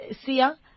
Sia